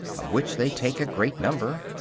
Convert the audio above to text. of which they take a great number.